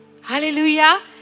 Hallelujah